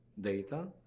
data